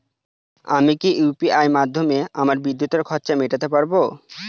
আমি কি ইউ.পি.আই মাধ্যমে আমার বিদ্যুতের খরচা মেটাতে পারব?